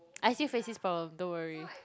I still face this problem don't worry